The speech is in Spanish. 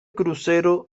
crucero